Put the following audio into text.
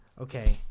Okay